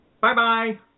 Bye-bye